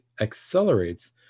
accelerates